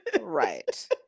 right